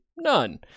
none